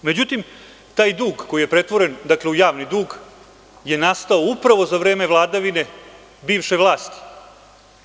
Međutim, taj dug koji je pretvoren u javni dug je nastao upravo za vreme vladavine bivše vlasti.